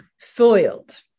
foiled